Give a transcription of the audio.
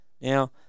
Now